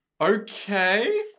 Okay